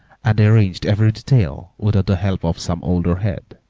and arranged every detail without the help of some older head.